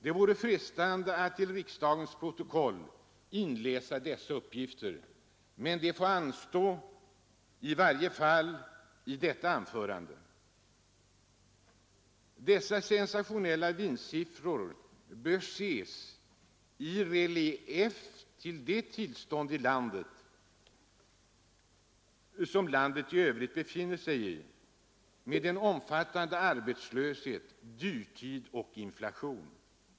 Det vore frestande att till riksdagens protokoll inläsa dessa uppgifter, men det får anstå, i varje fall i detta anförande. Dessa sensationella vinstsiffror bör ses i relief mot det tillstånd landet i övrigt befinner sig i, med en omfattande arbetslöshet, dyrtid och inflation.